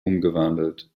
umgewandelt